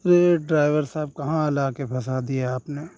ارے driver صاحب کہاں لا کے پھنسا دیے آپ نے